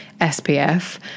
SPF